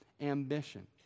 ambition